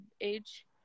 age